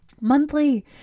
monthly